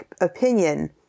opinion